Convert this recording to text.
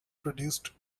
produced